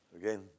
Again